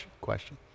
question